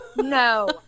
no